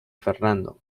fernando